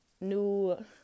new